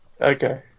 Okay